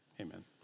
amen